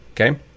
okay